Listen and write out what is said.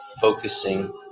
focusing